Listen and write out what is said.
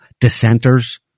dissenters